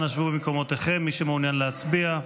אנא, שבו במקומותיכם, מי שמעוניין להצביע.